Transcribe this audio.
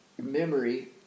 memory